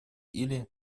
или